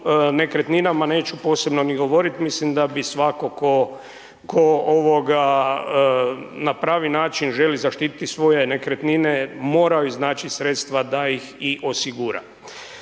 nekretninama neću posebno ni govoriti, mislim da bi svako tko ovoga na pravi način želi zaštiti svoje nekretnine morao iznaći sredstva da ih i osigura.